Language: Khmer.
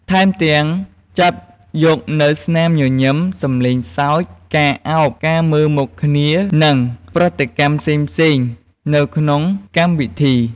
ថែមទាំងចាប់យកនូវស្នាមញញឹម សំឡេងសើច ការឱប ការមើលមុខគ្នា និងប្រតិកម្មផ្សេងៗនៅក្នុងកម្មវិធី។